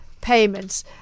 payments